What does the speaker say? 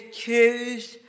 choose